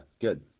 good